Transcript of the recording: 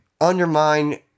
undermine